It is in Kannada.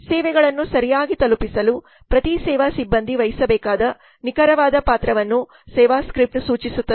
ಸೇವೆಗಳನ್ನು ಸರಿಯಾಗಿ ತಲುಪಿಸಲು ಪ್ರತಿ ಸೇವಾ ಸಿಬ್ಬಂದಿ ವಹಿಸಬೇಕಾದ ನಿಖರವಾದ ಪಾತ್ರವನ್ನು ಸೇವಾ ಸ್ಕ್ರಿಪ್ಟ್ ಸೂಚಿಸುತ್ತದೆ